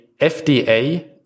fda